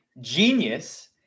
genius